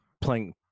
playing –